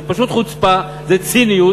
זו פשוט חוצפה, זו ציניות.